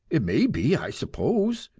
it may be, i suppose.